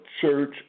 church